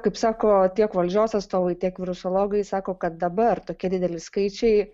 kaip sako tiek valdžios atstovai tiek virusologijai sako kad dabar tokie dideli skaičiai